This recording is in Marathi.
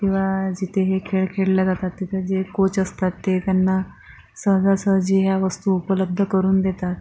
किंवा जिथे हे खेळ खेळले जातात तिथे जे कोच असतात ते त्यांना सहजासहजी या वस्तू उपलब्ध करून देतात